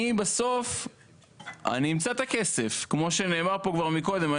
אני בסוף אמצא את הכסף כמו שנאמר פה כבר מקודם,